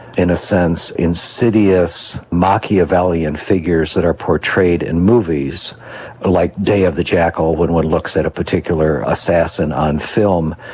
in a sense, insidious machiavellian figures that are portrayed in movies like day of the jackal when one looks at a particular assassin on film,